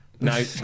No